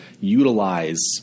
utilize